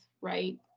right